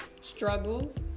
struggles